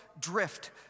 drift